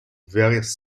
various